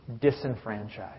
Disenfranchised